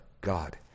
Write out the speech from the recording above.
God